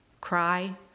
Cry